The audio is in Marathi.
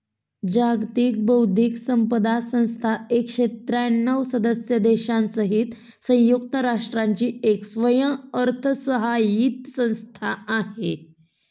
जागतिक बौद्धिक संपदा संस्था एकशे त्र्यांणव सदस्य देशांसहित संयुक्त राष्ट्रांची एक स्वयंअर्थसहाय्यित संस्था आहे